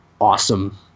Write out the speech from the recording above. awesome